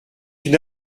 une